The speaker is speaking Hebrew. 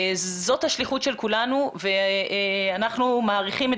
זאת השליחות של כולנו ואנחנו מעריכים את